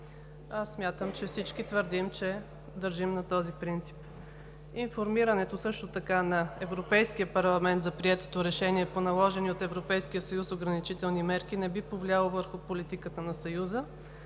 а смятам, че всички твърдим, че държим на този принцип. Също така информирането на Европейския парламент за приетото решение по наложени от Европейския съюз ограничителни мерки не би повлияло върху политиката на Съюза,